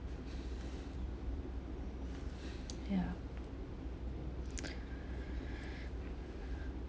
yeah